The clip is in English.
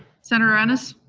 senator ennis?